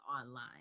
online